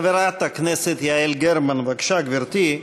חברת הכנסת יעל גרמן, בבקשה, גברתי.